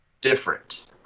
different